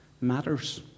matters